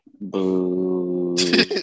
Boo